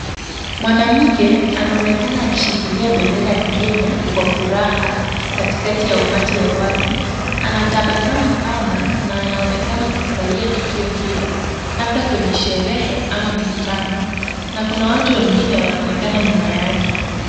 Mwanamke anaonekana akishikilia bendera ya Kenya kwa furaha, katikati ya umati wa watu, anatabasamu pana na anaonekana kufurahia tukio hilo labda kwenye sherehe au mkutano na kuna watu wengine wanaonekana nyuma yake.